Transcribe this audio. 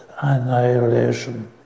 annihilation